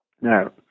Now